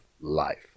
life